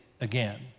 again